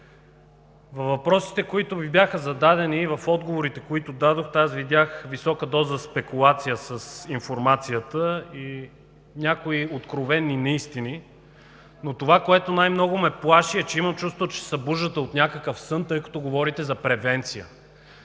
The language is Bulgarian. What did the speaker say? във въпросите, които Ви бяха зададени, и в отговорите, които дадохте, аз видях висока доза спекулация с информацията и някои откровени неистини. Но това, което най-много ме плаши, е, че имам чувството, че се събуждате от някакъв сън, тъй като говорите за превенция.